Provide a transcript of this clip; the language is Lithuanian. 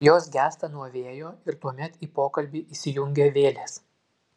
jos gęsta nuo vėjo ir tuomet į pokalbį įsijungia vėlės